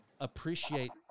appreciate